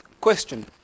question